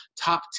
top